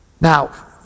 Now